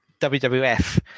wwf